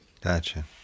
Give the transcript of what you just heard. Gotcha